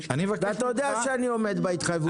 ואתה יודע שאני עומד בהתחייבויות.